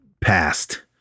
passed